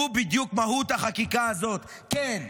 הוא בדיוק מהות החקיקה הזאת: כן,